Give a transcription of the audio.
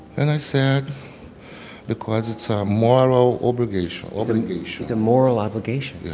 and i said because it's a moral obligation obligation it's a moral obligation? yeah,